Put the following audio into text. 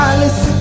Alice